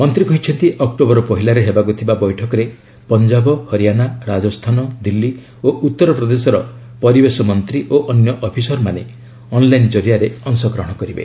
ମନ୍ତ୍ରୀ କହିଛନ୍ତି ଅକ୍ଟୋବର ପହିଲାରେ ହେବାକୁ ଥିବା ବୈଠକରେ ପଞ୍ଜବ ହରିଆଣା ରାଜସ୍ଥାନ ଦିଲ୍ଲୀ ଓ ଉତ୍ତର ପ୍ରଦେଶର ପରିବେଶ ମନ୍ତ୍ରୀ ଓ ଅନ୍ୟ ଅଫିସରମାନେ ଅନ୍ଲାଇନ୍ ଜରିଆରେ ଅଂଶଗ୍ରହଣ କରିବେ